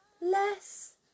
less